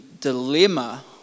dilemma